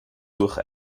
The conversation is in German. durch